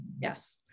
Yes